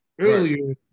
earlier